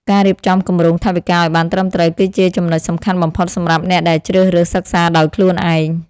ការរៀបចំគម្រោងថវិកាឱ្យបានត្រឹមត្រូវគឺជាចំណុចសំខាន់បំផុតសម្រាប់អ្នកដែលជ្រើសរើសសិក្សាដោយខ្លួនឯង។